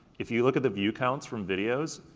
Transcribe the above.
if you look at the view counts from videos,